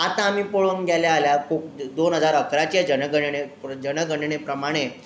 आतां आमी पळोवंक गेले जाल्यार दोन हजार अकराचें जनगणणे जनगणने प्रमाणें